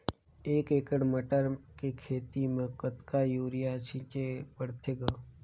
एक एकड़ मटर के खेती म कतका युरिया छीचे पढ़थे ग?